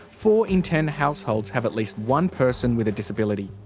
four in ten households have at least one person with a disability.